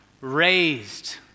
raised